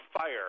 fire